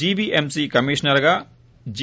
GVMC కమిషనర్గా G